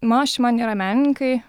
mano šeima nėra menininkai